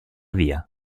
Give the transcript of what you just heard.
via